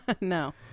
No